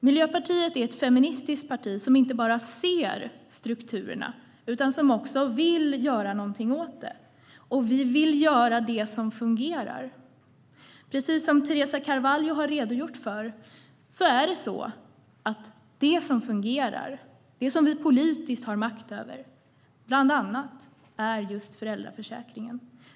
Miljöpartiet är ett feministiskt parti som inte bara ser strukturerna utan också vill göra någonting åt dem. Vi vill också göra det som fungerar. Precis som Teresa Carvalho har redogjort för är det så att det som fungerar, det som vi politiskt har makt över, bland annat är just föräldraförsäkringen.